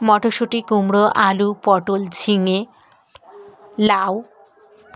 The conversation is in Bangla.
মটরশুঁটি কুমড়ো আলু পটল ঝিঙে লাউ